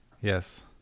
Yes